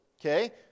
Okay